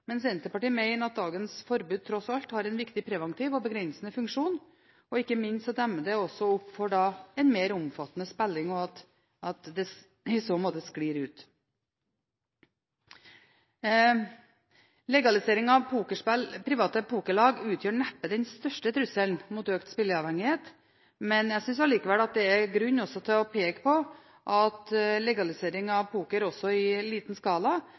men Senterpartiet mener at dagens forbud tross alt har en viktig preventiv og begrensende funksjon. Ikke minst demmer det også opp for en mer omfattende spilling, og at det i så måte sklir ut. Legalisering av private pokerlag utgjør neppe den største trusselen mot økt spilleavhengighet. Jeg synes allikevel det er grunn til å peke på at legalisering av poker også i liten skala